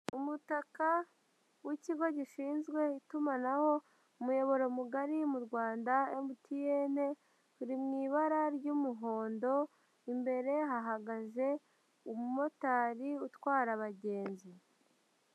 Umutaka w'ikigo gishinzwe itumanaho umuyoboro mugari mu Rwanda MTN, kiri mu ibara ry'umuhondo, imbere hahagaze umumotari utwara abagenzi.